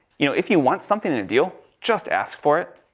you know, if you want something and to deal, just ask for it.